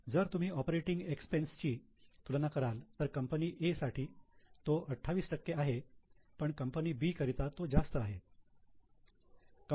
जर तुम्ही operating expense ची तुलना कराल तर कंपनी A साठी तो 28 आहे पण कंपनी B करिता तो जास्त आहे